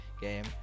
game